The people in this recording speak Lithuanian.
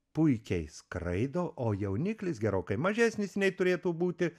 puikiai skraido o jauniklis gerokai mažesnis nei turėtų būti